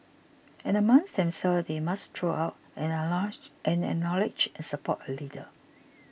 and amongst themselves they must throw up and acknowledge and support a leader